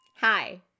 hi